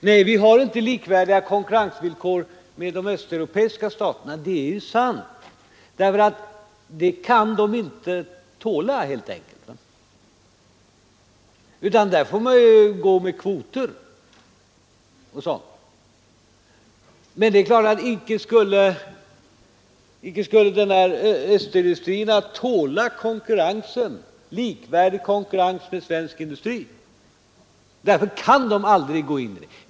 Nej, vi har inte likvärdiga konkurrensvillkor med de östeuropeiska staterna, därför att de helt enkelt inte tål det. Där arbetar man med kvoter. Öststaternas industri skulle inte tåla en likvärdig konkurrens med svensk industri. Därför kan de aldrig delta.